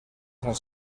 sant